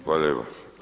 Hvala lijepa.